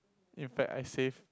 in fact I save